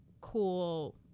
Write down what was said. cool